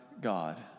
God